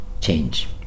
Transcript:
change